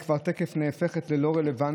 והיא כבר נהפכת תכף ללא רלוונטית.